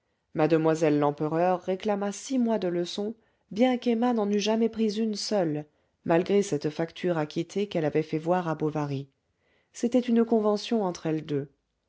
mademoiselle lempereur réclama six mois de leçons bien qu'emma n'en eût jamais pris une seule malgré cette facture acquittée qu'elle avait fait voir à bovary c'était une convention entre elles